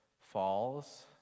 falls